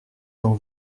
dans